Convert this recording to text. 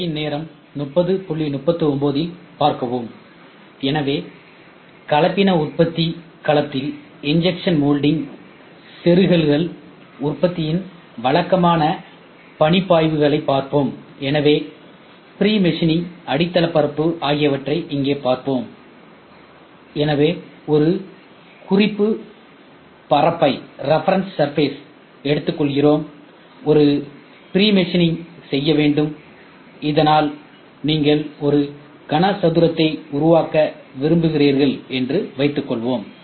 திரையின் நேரம் 3039இல் பார்க்கவும் எனவே கலப்பின உற்பத்தி கலத்தில் இன்ஜெக்ஷன் மோல்டிங் செருகள் உற்பத்தியின் வழக்கமான பணிப்பாய்வுகளைப் பார்ப்போம் எனவே பிரிமெஷினிங் அடித்தளபரப்பு ஆகியவற்றை இங்கே பார்ப்போம் எனவே ஒரு குறிப்பு பரப்பை எடுத்துக் கொள்கிறோம் எனவே ஒரு பிரிமெஷினிங் செய்ய வேண்டும் இதனால் நீங்கள் ஒரு கனசதுரத்தை உருவாக்க விரும்புகிறீர்கள் என்று வைத்துக்கொள்வோம்